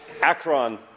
Akron